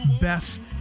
best